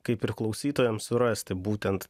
kaip ir klausytojams surasti būtent